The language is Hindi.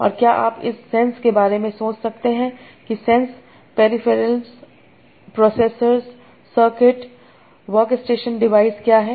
और क्या आप इस सेंस के बारे में सोच सकते हैं कि sense peripherals processor circuit workstation device क्या है